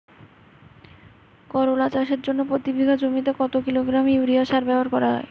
করলা চাষের জন্য প্রতি বিঘা জমিতে কত কিলোগ্রাম ইউরিয়া সার ব্যবহার করা হয়?